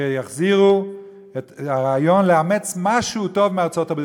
שיחזירו את הרעיון לאמץ משהו טוב מארצות-הברית.